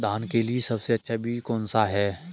धान के लिए सबसे अच्छा बीज कौन सा है?